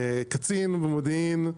קצין במודיעין,